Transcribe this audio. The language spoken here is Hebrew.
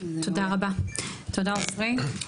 תודה רבה, תודה עפרי.